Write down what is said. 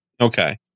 Okay